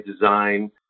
design